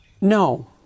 No